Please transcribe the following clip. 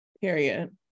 period